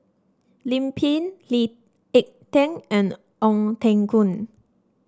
Lim Pin Lee Ek Tieng and Ong Teng Koon